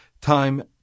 Time